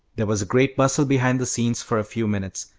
there was a great bustle behind the scenes for a few minutes,